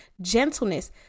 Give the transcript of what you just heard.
gentleness